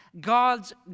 God's